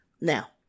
now